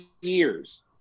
years